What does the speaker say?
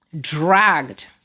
dragged